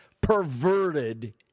perverted